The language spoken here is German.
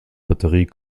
batterie